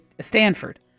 Stanford